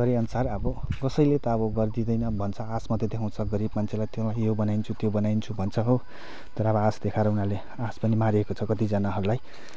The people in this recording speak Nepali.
गरे अनुसार अब कसैले त गरिदिँदैन भन्छ हो आशा मात्रै देखाउछ गरिब मान्छेलाई त्यो यो बनाइदिन्छु त्यो बनाइदिन्छु भन्छ हो तर आशा देखाएर उनीहरूले आशा पनि मारिएको छ कतिजनाहरूलाई